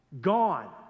Gone